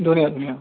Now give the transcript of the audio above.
ধুনীয়া ধুনীয়া